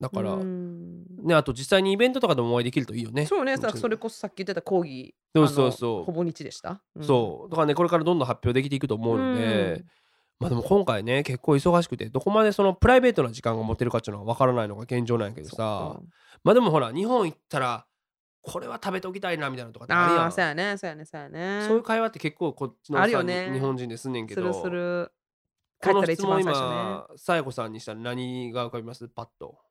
だから、うん。ね、あと実際にイベントとかでもお会いできるといいよね。そうね。さ、うん。それこそさっき言ってた講義、そうそうあの、そう。ほぼ日でした？うん。そう。だからね、これからどんどん発表できていくと思うんで。うん。まあでも今回ね、結構忙しくて、どこまでそのプライベートな時間が持てるかっていうのは分からないのが現状なんやけどさ。そうそう。まあでもほら、日本行ったら、これは食べておきたいな、みたいなのとかってあるやん。あー、そうやね、そうやね、そうやね。そういう会話って結構こっちのさ、あるよね。日本人ですんねんけど。するする。この帰ったら一番質問最初ね。今、さや子さんにしたら何が浮かびます？パッと。